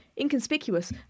inconspicuous